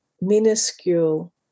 minuscule